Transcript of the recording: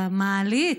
המעלית.